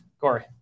Corey